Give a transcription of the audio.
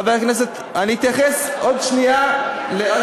רק שאלה אחת,